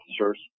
officers